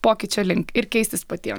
pokyčio link ir keistis patiem